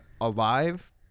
alive